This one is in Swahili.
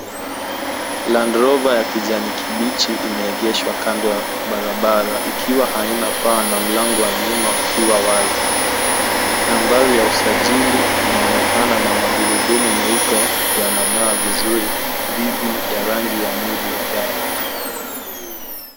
Land Rover ya kijani kibichi imeegeshwa kando ya barabara ikiwa haina paa na mlango wa nyuma ukiwa wazi. Nambari ya usajili inaonekana na magurudumu meupe yanang'aa vizuri dhidi ya rangi ya mwili wa gari.